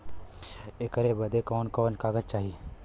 ऐकर बदे कवन कवन कागज चाही?